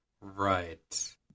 Right